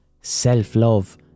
self-love